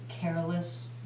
careless